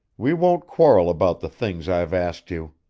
we won't quarrel about the things i've asked you.